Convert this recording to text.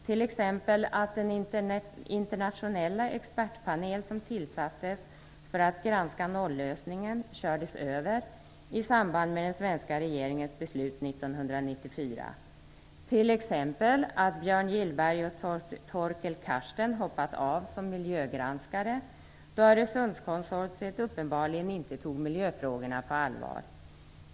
t.ex. att den internationella expertpanel som tillsattes för att granska nollösningen kördes över i samband med den svenska regeringens beslut 1994, ? t.ex. att Björn Gillberg och Torkel Carsten har hoppat av som miljögranskare då Öresundskonsortiet uppenbarligen inte tog miljöfrågorna på allvar, ?